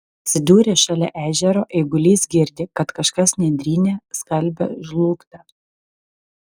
atsidūręs šalia ežero eigulys girdi kad kažkas nendryne skalbia žlugtą